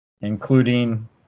including –